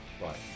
Bye